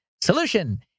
Solution